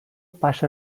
passa